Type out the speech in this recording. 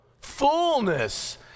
fullness